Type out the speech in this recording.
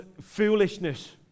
foolishness